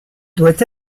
doit